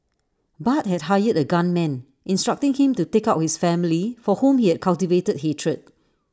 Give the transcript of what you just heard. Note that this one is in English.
Bart had hired A gunman instructing him to take out with family for whom he had cultivated hatred